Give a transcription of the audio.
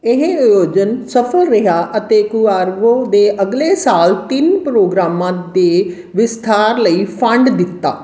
ਇਹ ਆਯੋਜਨ ਸਫਲ ਰਿਹਾ ਅਤੇ ਕੁਆਰਵੋ ਦੇ ਅਗਲੇ ਸਾਲ ਤਿੰਨ ਪ੍ਰੋਗਰਾਮਾਂ ਦੇ ਵਿਸਥਾਰ ਲਈ ਫੰਡ ਦਿੱਤਾ